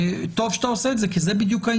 טוב שאתה עושה את זה, כי זה העניין.